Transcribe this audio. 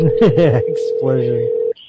Explosion